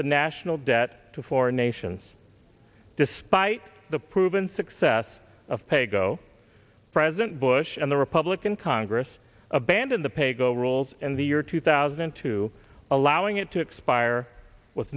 the national debt to foreign nations despite the proven success of paygo president bush and the republican congress abandon the paygo rules in the year two thousand and two allowing it to expire with